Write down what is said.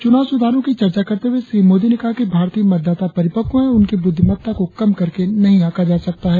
चुनाव सुधारो की चर्चा करते हुए श्री मोदी ने कहा कि भारतीय मतदाता परिपक्व है और उनकी बुद्धिमत्ता को कम करके नहीं आंका जा सकता है